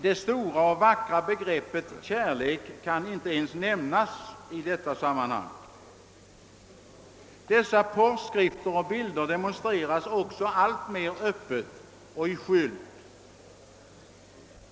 Det stora och vackra begreppet »kärlek« kan inte ens nämnas i detta sammanhang. Dessa pornografiska skrifter och bilder demonstreras alltmer öppet i skyltfönster.